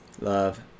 Love